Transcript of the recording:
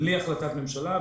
בלי החלטת ממשלה.